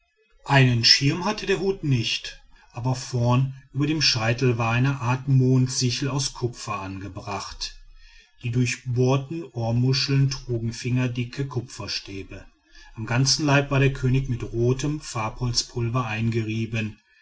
einen schirm hatte der hut nicht aber vorn über dem scheitel war eine art mondsichel aus kupfer angebracht die durchbohrten ohrmuscheln trugen fingerdicke kupferstäbe am ganzen leib war der könig mit rotem farbholzpulver eingerieben